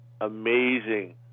amazing